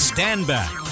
Standback